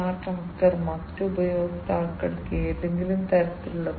അതിനാൽ ഈ PLC കൾ SCADA സിസ്റ്റങ്ങൾ എന്നറിയപ്പെടുന്നതിൽ വളരെ പ്രധാനമാണ്